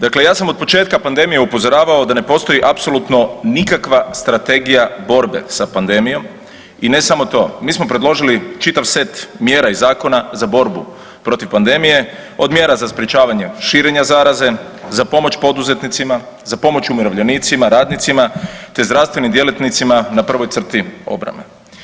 Dakle, ja sam od početka pandemije upozoravao da ne postoji apsolutno nikakva strategija borbe sa pandemijom i ne samo to, mi smo predložili čitav set mjera i zakona za borbu protiv pandemije od mjera za sprečavanje širenja zaraze, za pomoć poduzetnicima, za pomoć umirovljenicima, radnicima te zdravstvenim djelatnicima na prvoj crti obrane.